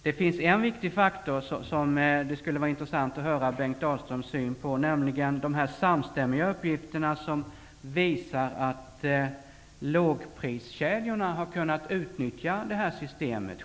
Det finns en viktig faktor som det skulle vara intressant att få Bengt Dalströms syn på, nämligen de samstämmiga uppgifter som visar att lågpriskedjorna har kunnat utnyttja systemet i sin marknadsföring.